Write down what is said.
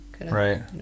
Right